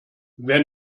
wer